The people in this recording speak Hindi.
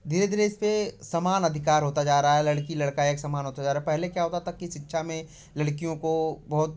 धीरे धीरे इस पर समान अधिकार होता जा रहा है लड़की लड़का एक समान होता जा रहा है पहले क्या होता था कि शिक्षा में लड़कियों को बहुत